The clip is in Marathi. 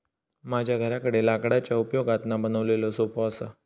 माझ्या घराकडे लाकडाच्या उपयोगातना बनवलेलो सोफो असा